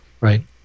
Right